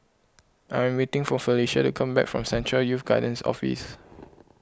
I am waiting for Felecia to come back from Central Youth Guidance Office